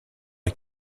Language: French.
est